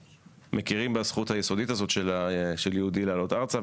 מכירים בזכות היסודית הזו של יהודי לעלות ארצה,